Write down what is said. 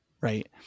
Right